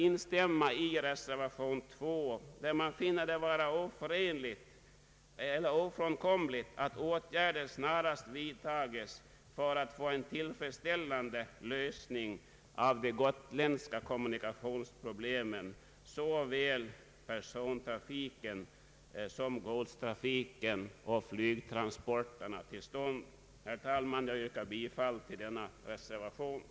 I reservation 2 framhålles att det är ofrånkomligt att åtgärder snarast vidtages för att få en tillfredsställande lösning till stånd av de gotländska kommunikationsproblemen, såväl beträffande persontrafiken och godstrafiken med båt som beträffande flygtransporterna. Jag kommer, herr talman, att yrka bifall till den reservationen.